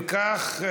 אם כך,